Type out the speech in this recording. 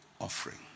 offering